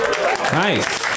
Nice